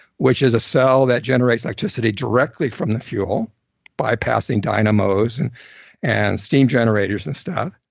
which is a cell that generates electricity directly from the fuel by passing dynamos and and steam generators and stuff,